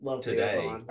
today